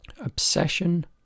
Obsession